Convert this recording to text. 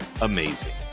amazing